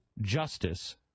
justice